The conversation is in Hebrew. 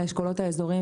על האשכולות האזוריים,